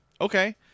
Okay